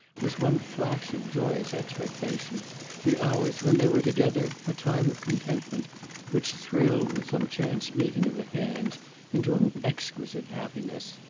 was one flash of joyous expectation the hours when they were together a time of contentment which thrilled with some chance meeting of the hands into an exquisite happiness.